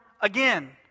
again